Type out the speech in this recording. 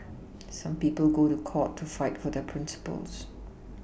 some people go to court to fight for their Principles